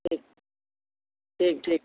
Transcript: ठीक ठीक ठीक